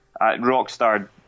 Rockstar